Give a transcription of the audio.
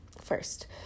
first